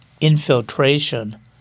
infiltration